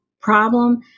problem